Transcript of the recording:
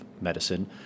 medicine